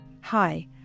Hi